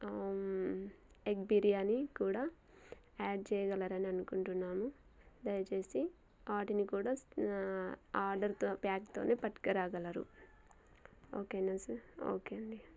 egg biryani కూడా add చేయగలరని అనుకుంటున్నాను దయచేసి వాటిని కూడా ఆర్డర్తో ప్యాక్తోనే పట్టకరాగలరు ఓకే నా సర్ ఓకే అండి